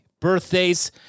birthdays